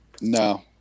No